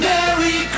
Merry